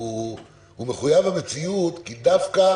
הוא מחויב המציאות כי דווקא